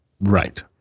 Right